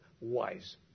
wise